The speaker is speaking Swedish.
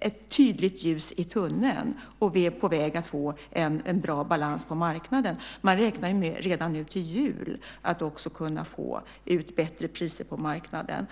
ett tydligt ljus i tunneln och vi är på väg att få en bra balans på marknaden. Man räknar med att redan till jul kunna få ut bättre priser på marknaden.